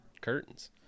curtains